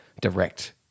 direct